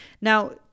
Now